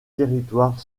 territoire